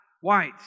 white